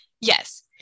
Yes